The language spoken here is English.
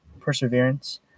perseverance